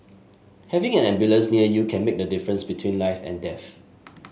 having an ambulance near you can make the difference between life and death